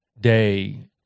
day